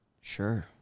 Sure